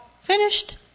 Finished